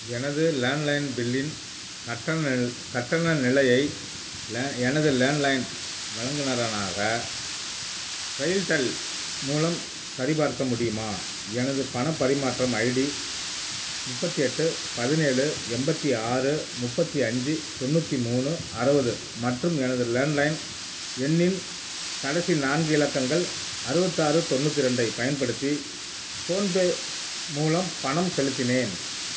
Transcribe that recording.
எனது லேண்ட்லைன் பில்லின் கட்டண நிலையை லே எனது லேண்ட்லைன் வழங்குநரானக ரெயில்டெல் மூலம் சரிபார்க்க முடியுமா எனது பணப் பரிமாற்றம் ஐடி முப்பத்து எட்டு பதினேலு எண்பத்தி ஆறு முப்பத்து அஞ்சு தொண்ணூற்றி மூணு அறுபது மற்றும் எனது லேண்ட்லைன் எண்ணின் கடைசி நான்கு இலக்கங்கள் அறுபத்தாறு தொண்ணூற்றி ரெண்டைப் பயன்படுத்தி ஃபோன்பே மூலம் பணம் செலுத்தினேன்